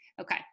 Okay